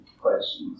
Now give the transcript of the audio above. questions